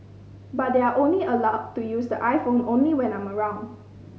but they are only allowed to use the iPhone only when I'm around